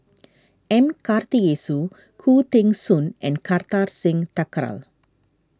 M Karthigesu Khoo Teng Soon and Kartar Singh Thakral